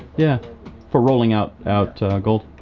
yeah for rolling out out gold.